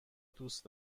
دوست